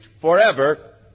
forever